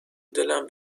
دلم